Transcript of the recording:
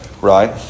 Right